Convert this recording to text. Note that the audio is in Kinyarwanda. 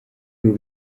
uru